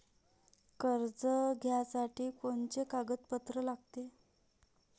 कर्ज घ्यासाठी कोनचे कागदपत्र लागते?